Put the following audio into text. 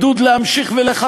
וגם יהיה עידוד להמשיך לחפש,